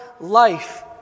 life